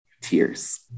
Tears